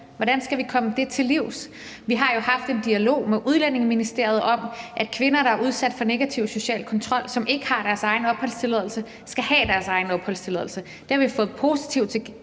Hvordan skal vi komme det til livs? Vi har jo haft en dialog med Udlændingeministeriet om, at kvinder, der er udsat for negativ social kontrol og ikke har deres egen opholdstilladelse, skal have deres egen opholdstilladelse. Det har vi fået positive